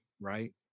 right